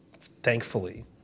thankfully